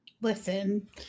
listen